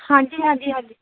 ਹਾਂਜੀ ਹਾਂਜੀ ਹਾਂਜੀ